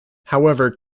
however